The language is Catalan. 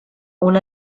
una